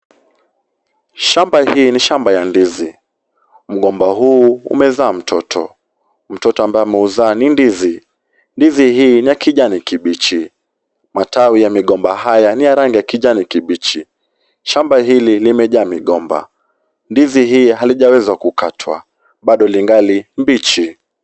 Shamba hii ni shamba ya ndizi. Mgomba huu umezaa mtoto. Mtoto ambaye ameuzaa ni ndizi. Ndizi hii ni ya kijani kibichi. Matawi ya migomba haya ni ya rangi ya kijani kibichi. Shamba hili limejaa migomba. Ndizi hii halijaweza kukatwa. Bado lingali mbichi.